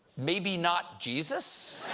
maybe not jesus?